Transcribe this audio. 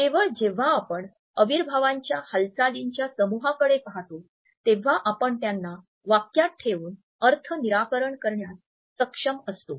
केवळ जेव्हा आपण अविर्भावांच्या हालचालींच्या समूहाकडे पाहतो तेव्हा आपण त्याना वाक्यात ठेवून अर्थ निराकरण करण्यास सक्षम असतो